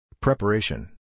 Preparation